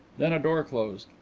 then a door closed.